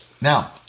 Now